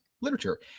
literature